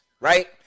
right